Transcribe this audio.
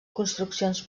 construccions